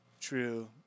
true